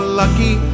lucky